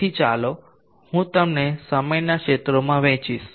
તેથી ચાલો હું તેમને સમયના ક્ષેત્રોમાં વહેંચીશ